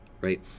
right